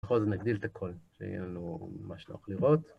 בכל זאת נגדיל את הכל, שיהיה לנו ממש נוח לראות.